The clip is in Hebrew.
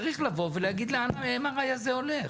צריך לבוא ולהגיד לאן ה-MRI הזה הולך.